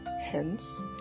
Hence